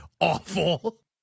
awful